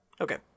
okay